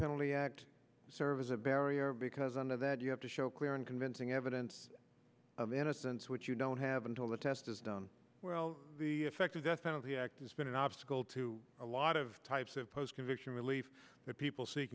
penalty act serve as a barrier because i know that you have to show clear and convincing evidence of innocence which you don't have until the test is done well the effective death penalty act it's been an obstacle to a lot of types of post conviction relief that people see